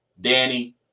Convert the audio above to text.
Danny